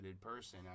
person